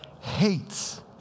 hates